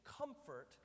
comfort